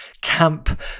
camp